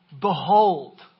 Behold